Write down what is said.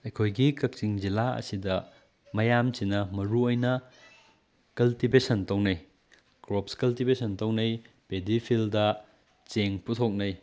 ꯑꯩꯈꯣꯏꯒꯤ ꯀꯛꯆꯤꯡ ꯖꯤꯂꯥ ꯑꯁꯤꯗ ꯃꯌꯥꯝꯁꯤꯅ ꯃꯔꯨꯑꯣꯏꯅ ꯀꯜꯇꯤꯚꯦꯁꯟ ꯇꯧꯅꯩ ꯀ꯭ꯔꯣꯞꯁ ꯀꯜꯇꯤꯚꯦꯁꯟ ꯇꯧꯅꯩ ꯄꯦꯗꯤ ꯐꯤꯜꯗ ꯆꯦꯡ ꯄꯨꯊꯣꯛꯅꯩ